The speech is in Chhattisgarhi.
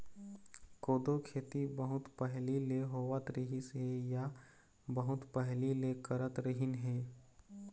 कोदो खेती बहुत पहिली ले होवत रिहिस हे या बहुत पहिली ले करत रिहिन हे